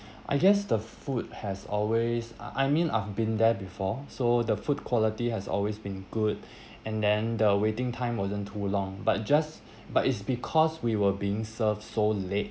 I guess the food has always I I mean I've been there before so the food quality has always been good and then the waiting time wasn't too long but just but it's because we were being served so late